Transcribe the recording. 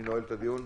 אני נועל את הדיון.